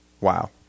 wow